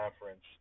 Conference